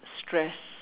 stress